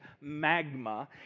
magma